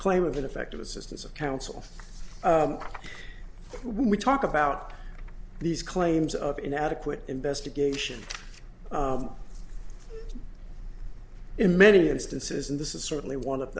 claim of ineffective assistance of counsel we talk about these claims of inadequate investigation in many instances and this is certainly one of